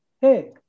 Hey